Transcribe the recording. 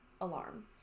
alarm